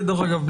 כדרך אגב,